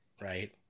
Right